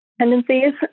tendencies